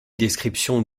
descriptions